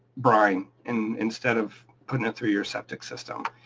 brine, and instead of putting it through your septic system,